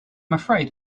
afraid